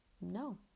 No